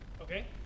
Okay